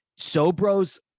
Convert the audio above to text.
SoBros